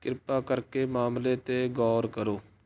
ਕਿਰਪਾ ਕਰਕੇ ਮਾਮਲੇ 'ਤੇ ਗੌਰ ਕਰੋ